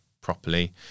properly